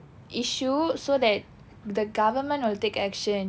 issue so that the government will take action